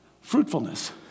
fruitfulness